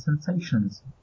sensations